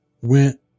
went